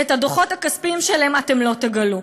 ואת הדוחות הכספיים שלהם אתם לא תגלו.